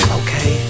okay